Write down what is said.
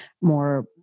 more